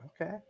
Okay